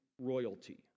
royalty